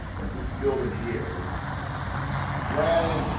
it's this building here this granite,